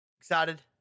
excited